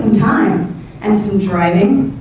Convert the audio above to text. time and some driving.